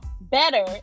better